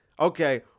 okay